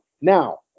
Now